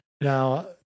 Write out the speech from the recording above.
Now